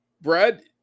Brad